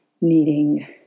needing